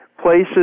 places